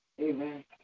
Amen